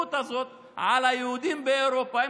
העליונות הזאת על היהודים באירופה.